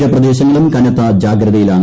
തീരപ്രദേശങ്ങളും കനത്ത ജാഗ്രത യിലാണ്